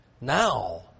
Now